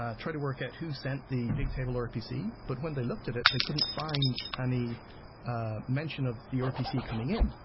ah tried to work at who sent the big table rpc, but when they looked at it they couldn't find any ah mention of the rpc coming in.